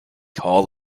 hall